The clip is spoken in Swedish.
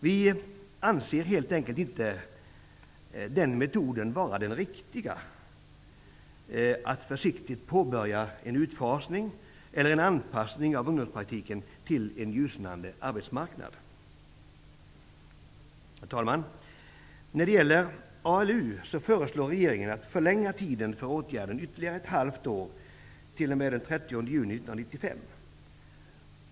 Vi anser helt enkelt inte att den metoden är den rätta för att försiktigt påbörja en utfasning eller anpassning av ungdomspraktiken till en ljusnande arbetsmarknad. Herr talman! När det gäller ALU föreslår regeringen att man skall förlänga tiden för åtgärden ytterligare ett halvt år t.o.m. den 30 juni 1995.